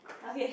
okay